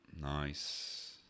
nice